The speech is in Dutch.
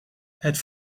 het